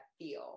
feel